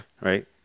right